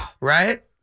Right